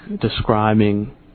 describing